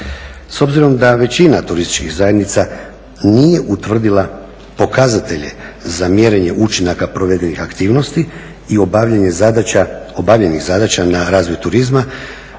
S obzirom da većina turističkih zajednica nije utvrdila pokazatelje za mjerenje učinaka provedenih aktivnosti i obavljenih zadaća na razvoj turizma,